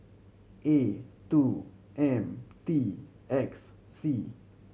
A two M T X C